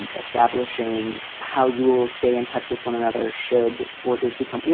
and establishing how you will stay in touch with one another? should borders become, you